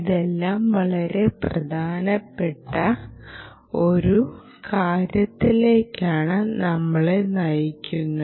ഇതെല്ലാം വളരെ പ്രധാനപ്പെട്ട ഒരു കാര്യത്തിലേക്കാണ് നമ്മളെ നയിക്കുന്നത്